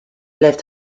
left